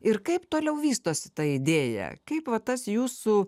ir kaip toliau vystosi ta idėja kaip va tas jūsų